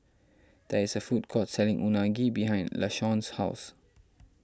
there is a food court selling Unagi behind Lashawn's house